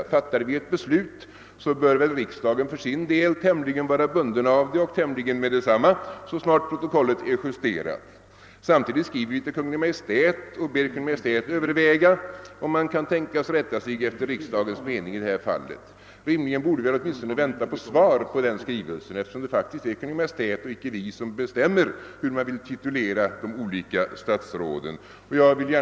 Fattar vi ett beslut så bör väl riksdagen för sin del vara tämligen bunden av det omedelbart efter det att protokollet är justerat. Samtidigt skriver vi till Kungl. Maj:t och ber Kungl. Maj:t överväga om man kan tänkas rätta sig efter riksdagens mening i detta fall. Rimligen borde vi väl vänta på svar på den skrivelsen, eftersom det faktiskt är Kungl. Maj:t och icke vi som bestämmer hur de olika statsråden skall tituleras.